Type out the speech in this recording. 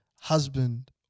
husband